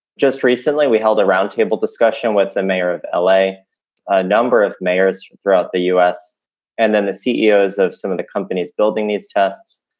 just recently, we held a roundtable discussion with the mayor of l a, a number of mayors throughout the us and then the ceos of some of the companies building these tests,